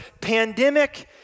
pandemic